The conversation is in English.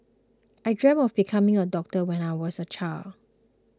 I dreamt of becoming a doctor when I was a child